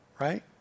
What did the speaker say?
right